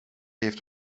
heeft